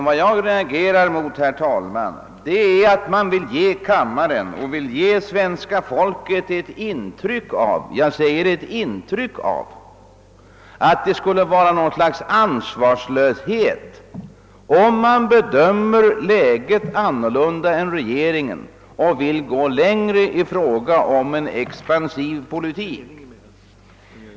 Vad jag reagerar mot är att man vill ge kammaren och svenska folket ett intryck av — jag säger ett intryck av — att det skulle vara något slags ansvarslöshet att bedöma läget på ett annat sätt än regeringen och att vilja gå längre i fråga om en expansiv politik.